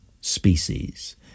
species